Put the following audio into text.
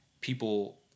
people